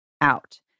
out